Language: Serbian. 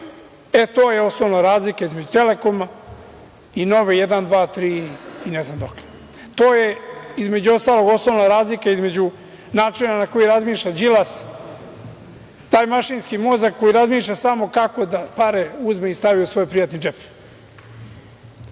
E to je osnovna razlika između „Telekoma“ i Nova 1, 2, 3 i ne znam dokle. To je, između ostalog, osnovna razlika između načina na koji razmišlja Đilas, mašinski mozak koji razmišlja samo kako da pare uzme i stavi u svoj privatni džep.S